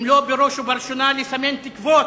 אם לא בראש ובראשונה לסמן תקוות,